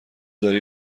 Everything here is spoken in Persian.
داری